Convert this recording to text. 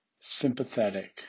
sympathetic